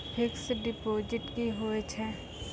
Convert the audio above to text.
Fixed deposit की होय छै?